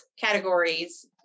categories